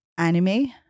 anime